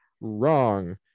Wrong